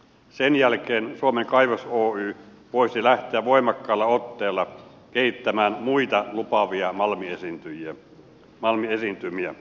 sen jälkeen suomen kaivos oy voisi lähteä voimakkaalla otteella kehittämään muita lupaavia malmiesiintymiä